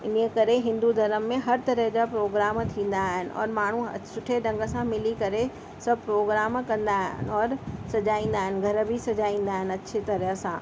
इन करे हिंदू धर्म में हर तरह जा प्रोग्राम थींदा आहिनि औरि माण्हू सुठे ढंग सां मिली करे सभु प्रोग्राम कंदा औरि सॼाईंदा आहिनि घर बि सॼाईंदा आहिनि अछी तरह सां